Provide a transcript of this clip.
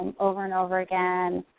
um over and over again.